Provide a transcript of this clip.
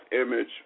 image